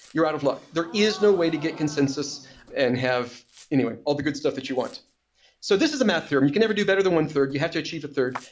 you're out of luck. there is no way to get consensus and have anyway, all the good stuff that you want so this is a math theorem. you can never do better than one third. you have to achieve a third.